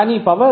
కానీ power pvi